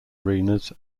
arenas